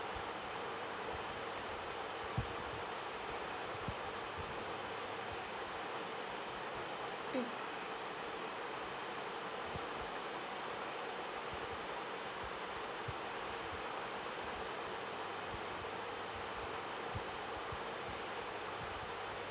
mm